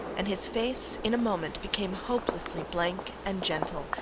and his face in a moment became hopelessly blank and gentle,